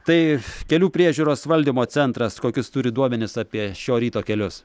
tai kelių priežiūros valdymo centras kokius turi duomenis apie šio ryto kelius